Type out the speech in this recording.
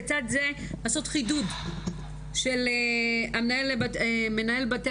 לצד זה להוציא חידוד של הנהלת בתי